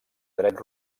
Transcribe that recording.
dret